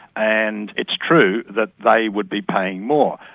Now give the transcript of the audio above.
and it's true that they would be paying more.